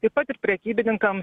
taip pat ir prekybininkam